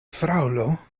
fraŭlo